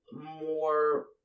more